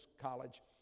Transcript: College